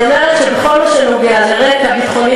אני אומרת שבכל מה שנוגע לרקע ביטחוני